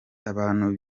abantu